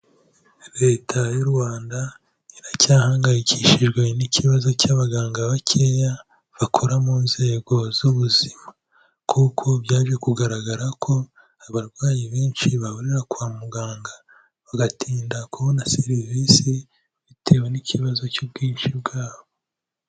Leta y'u Rwanda iracyahangayikishijwe n'ikibazo cy'abaganga bakeya bakora mu nzego z'ubuzima kuko byaje kugaragara ko abarwayi benshi bahurira kwa muganga bagatinda kubona serivisi bitewe n'ikibazo cy'ubwinshi bwabo.